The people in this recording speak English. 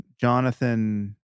Jonathan